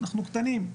אנחנו קטנים.